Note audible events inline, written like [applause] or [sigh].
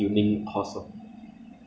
then 那个 siao za bor [noise]